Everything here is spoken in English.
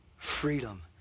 Freedom